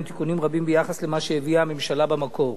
עם תיקונים רבים ביחס למה שהביאה הממשלה במקור.